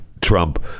Trump